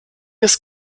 ist